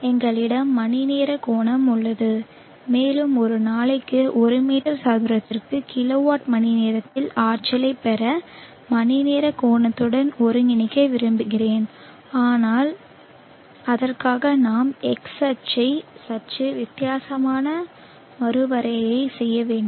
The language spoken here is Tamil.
எங்களிடம் மணிநேர கோணம் உள்ளது மேலும் ஒரு நாளைக்கு ஒரு மீட்டர் சதுரத்திற்கு கிலோவாட் மணிநேரத்தில் ஆற்றலைப் பெற மணிநேர கோணத்துடன் ஒருங்கிணைக்க விரும்புகிறேன் ஆனால் அதற்காக நாம் X அச்சை சற்று வித்தியாசமாக மறுவரையறை செய்ய வேண்டும்